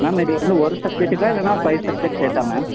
ma'am இது வந்து ஒரு சப்ஜெக்ட்டுக்கா இல்லைனா ஃபைவ் சப்ஜெக்ட் சேர்த்தா மேம்